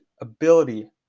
ability